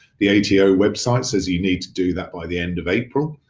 the ato website says you need to do that by the end of april.